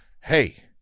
Hey